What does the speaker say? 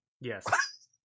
Yes